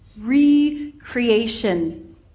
recreation